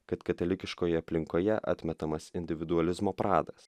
kad katalikiškoje aplinkoje atmetamas individualizmo pradas